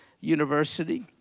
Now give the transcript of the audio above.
University